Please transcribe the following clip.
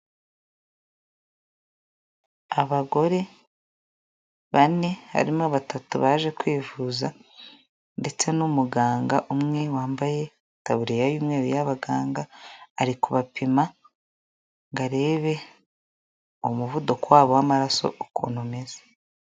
Abagore bane harimo batatu baje kwivuza ndetse n'umuganga umwe wambaye itaburiya y'umweru y'abaganga ari kubapima ngo arebe umuvuduko wabo w'amaraso ukuntu umeze.